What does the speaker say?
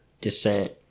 descent